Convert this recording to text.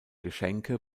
geschenke